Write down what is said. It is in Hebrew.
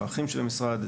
את הערכים של המשרד,